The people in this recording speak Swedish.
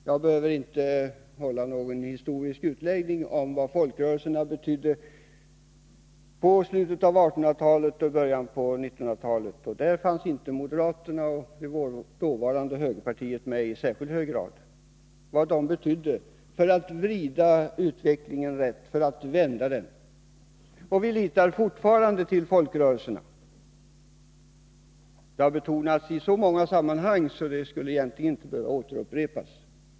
Jag behöver inte göra någon historisk utläggning om vad folkrörelserna betydde i slutet av 1800-talet och i början av 1900-talet — i det sammanhanget var dåvarande högerpartiet inte med i särskilt hög grad — när de försökte vrida utvecklingen rätt. Vi litar fortfarande till folkrörelserna. Det har betonats i så många sammanhang, så det skulle egentligen inte behöva upprepas.